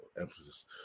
emphasis